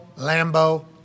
Lambo